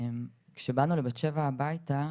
כשבאנו לבת שבע הביתה,